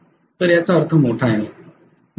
तर याचा अर्थ मोठा आहे